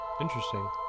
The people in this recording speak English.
interesting